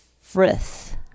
Frith